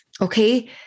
okay